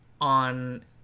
on